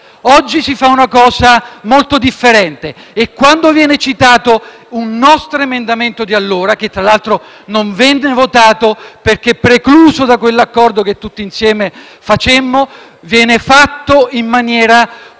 Oggi si fa una cosa molto differente e quando viene citato un nostro emendamento di allora - che tra l’altro non venne votato, perché precluso da quell’accordo che tutti insieme facemmo - viene fatto in maniera